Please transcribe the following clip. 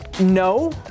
no